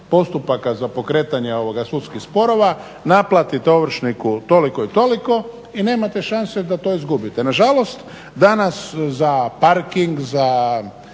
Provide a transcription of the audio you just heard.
postupaka za pokretanje sudskih sporova, naplatite ovršniku toliko i toliko i nemate šanse da to izgubite. Nažalost danas za parking, za